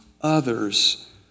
others